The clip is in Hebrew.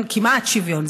כמעט שוויון,